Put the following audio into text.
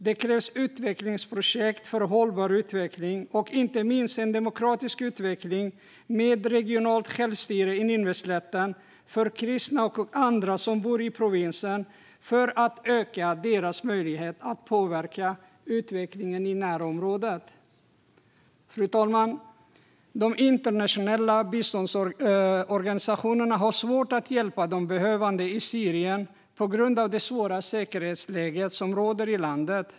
Det krävs utvecklingsprojekt för hållbar utveckling och inte minst en demokratisk utveckling med regionalt självstyre på Nineveslätten för kristna och andra som bor i provinsen för att öka deras möjlighet att påverka utvecklingen i närområdet. Fru talman! De internationella biståndsorganisationerna har svårt att hjälpa de behövande i Syrien på grund av det svåra säkerhetsläge som råder i landet.